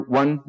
one